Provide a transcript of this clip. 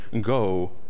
go